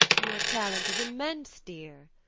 your talent is immense, dear!